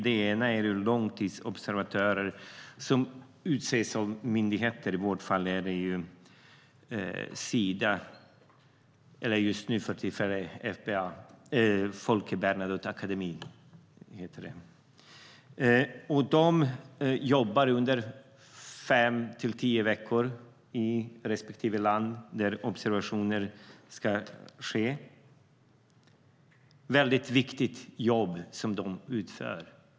Den ena är långtidsobservatörer som utses av myndigheter. I vårt fall är det för tillfället Folke Bernadotteakademin. De jobbar under fem till tio veckor i respektive land när observationer ska ske. Det är ett väldigt viktigt jobb som de utför.